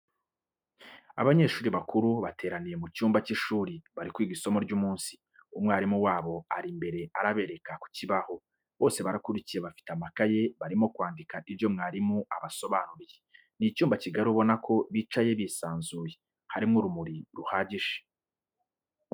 Abanyeshuri bakuru bateraniye mu cyumba cy'ishuri bari kwiga isomo ry'umunsi, umwalimu wabo ari imbere arabereka ku kibaho, bose barakurikiye bafite amakaye barimo kwandika ibyo umwalimu abasobanuriye. Ni icyumba kigari ubona ko bicaye bisanzuye, harimo urumuri ruhagije.